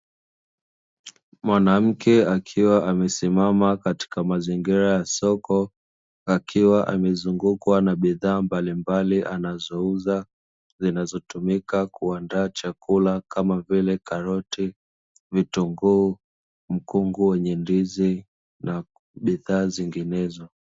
Mwanamke akiwa amesimama katika mazingira ya soko akiwa amezungukwa na bidhaa mbalimbali anazouza zinzotumika kuandaa chakula kama vile; karoti, vutunguu, mkungu wenye ndizi na bidhaa zinginezo.